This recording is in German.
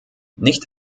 nicht